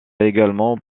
également